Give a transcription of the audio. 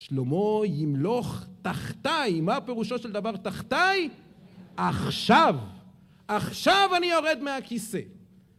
שלמה ימלוך תחתיי. מה פירושו של דבר תחתיי? עכשיו. עכשיו אני יורד מהכיסא.